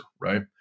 right